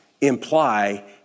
imply